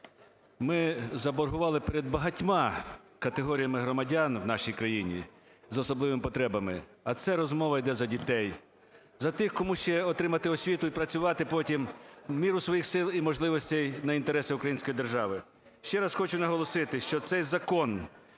Ми заборгували перед багатьма категоріями громадян в нашій країні з особливими потребами, а це розмова йде за дітей, за тих, кому ще отримати освіту і працювати потім в міру своїх сил і можливостей на інтереси української держави. Ще раз хочу наголосити, що цей закон